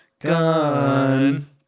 Gone